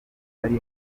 ari